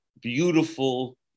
beautiful